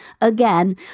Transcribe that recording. again